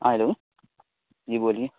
hello جی بولیے